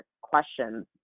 questions